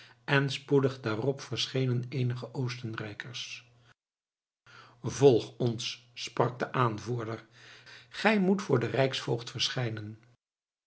en spoedig daarop verschenen eenige oostenrijkers volg ons sprak de aanvoerder gij moet voor den rijksvoogd verschijnen